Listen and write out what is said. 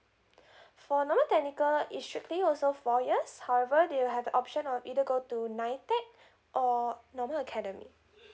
for normal technical it should be also four years however they will have the option of either go to NITEC or normal academic